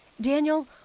Daniel